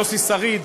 יוסי שריד: